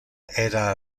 era